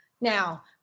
now